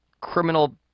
criminal